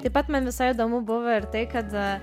taip pat man visai įdomu buvo ir tai kad